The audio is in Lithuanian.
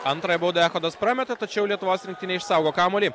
antrąją baudą echodas prameta tačiau lietuvos rinktinė išsaugo kamuolį